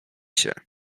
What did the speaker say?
się